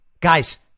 guys